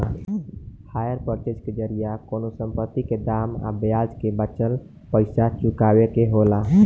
hire purchase के जरिया कवनो संपत्ति के दाम आ ब्याज के बाचल पइसा चुकावे के होला